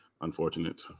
Unfortunate